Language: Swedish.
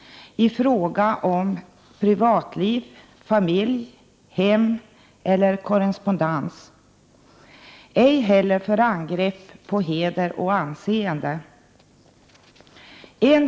1988/89:125 privatliv, familj, hem eller korrespondens, ej heller angrepp på heder och 31 maj 1989 anseende.